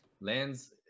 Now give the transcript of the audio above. lands